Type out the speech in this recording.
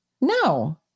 No